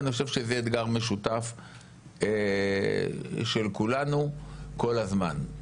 אני חושב שזה אתגר משותף של כולנו כל הזמן.